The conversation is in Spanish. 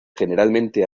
generalmente